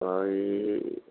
कोई